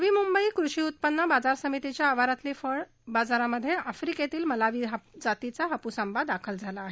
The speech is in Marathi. नवी मुंबई कृषी उत्पन्न बाजार समितीच्या आवारातील फळ बाजारामध्ये आफ्रिकेतला मलावी जातीचा हापूस आंबा दाखल झाला आहे